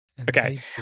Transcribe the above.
okay